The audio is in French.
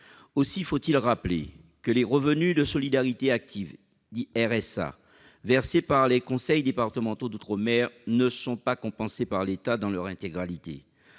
Aussi faut-il rappeler que les revenus de solidarité active, dits RSA, versés par les conseils départementaux d'outre-mer ne sont pas compensés par l'État dans leur intégralité.